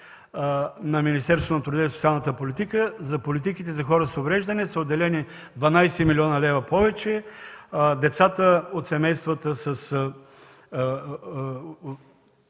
на Министерството на труда и социалната политика за политиките за хора с увреждания са отделени 12 млн. лв. повече. Семействата с